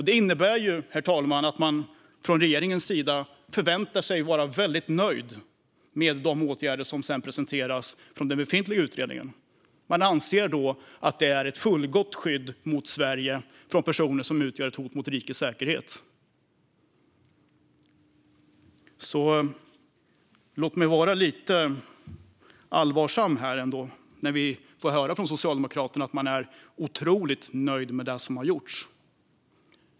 Det innebär, herr talman, att man från regeringens sida förväntar sig vara väldigt nöjd med de åtgärder som kommer att presenteras från den befintliga utredningen. Man anser att det är ett fullgott skydd för Sverige från personer som utgör ett hot mot rikets säkerhet. Jag blir lite allvarsam när vi får höra från Socialdemokraterna att man är otroligt nöjd med det som har gjorts.